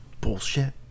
bullshit